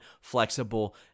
flexible